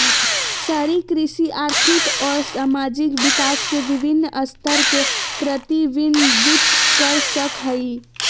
शहरी कृषि आर्थिक अउर सामाजिक विकास के विविन्न स्तर के प्रतिविंबित कर सक हई